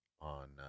on